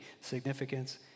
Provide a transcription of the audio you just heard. significance